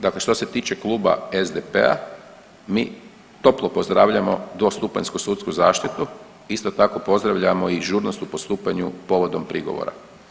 Dakle, što se tiče Kluba SDP-a mi toplo pozdravljamo drugostupanjsku sudsku zaštitu, isto tako pozdravljamo i žurnost u postupanju povodom prigovora.